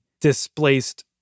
displaced